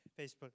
Facebook